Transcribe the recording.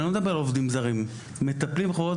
אני לא מדבר על עובדים זרים אלא מטפלים בחברות